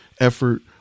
effort